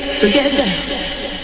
together